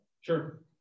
Sure